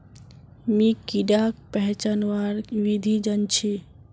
मी कीडाक पहचानवार विधिक जन छी